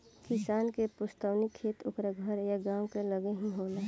किसान के पुस्तैनी खेत ओकरा घर या गांव के लगे ही होला